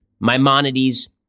Maimonides